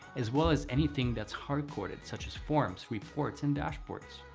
as well as anything that's hard coded such as forms, reports, and dashboards.